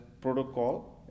protocol